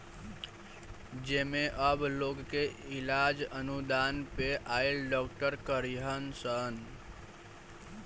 जेमे अब लोग के इलाज अनुदान पे आइल डॉक्टर करीहन सन